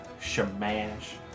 Shamash